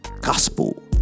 Gospel